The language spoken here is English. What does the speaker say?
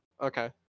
Okay